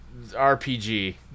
RPG